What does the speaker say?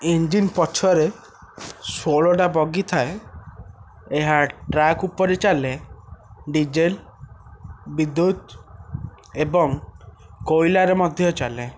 engine ପଛରେ ଷୋହଳ ଟା ବଗି ଥାଏ ଏହା ଟ୍ରାକ ଉପରେ ଚାଲେ ଡିଜେଲ ବିଦ୍ୟୁତ ଏବଂ କୋଇଲାରେ ମଧ୍ୟ ଚାଲେ